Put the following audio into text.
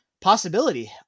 possibility